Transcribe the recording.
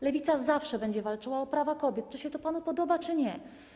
Lewica zawsze będzie walczyła o prawa kobiet, czy się to panu podoba, czy nie.